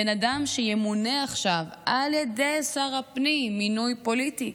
בן אדם שימונה עכשיו על ידי שר הפנים במינוי פוליטי,